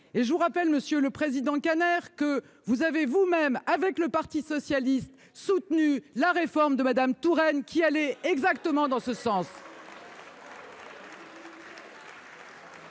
Je vous rappelle, monsieur le président Kanner, que vous avez vous-même, avec le parti socialiste, soutenu la réforme de Mme Touraine, qui allait exactement dans le même